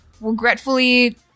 regretfully